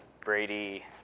Brady